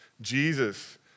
Jesus